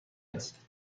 است